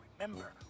remember